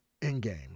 Endgame